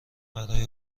برای